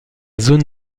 zone